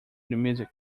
music